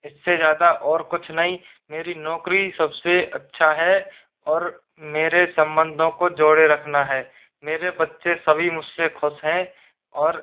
इससे ज़्यादा और कुछ नहीं मेरी नौकरी ही सबसे अच्छा है और मेरे संबंधों को जोड़े रखना है मेरे बच्चे सब ही मुझसे खुश हैं और